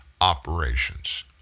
operations